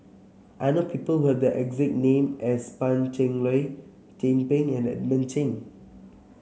I know people who have the exact name as Pan Cheng Lui Chin Peng and Edmund Cheng